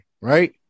Right